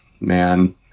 man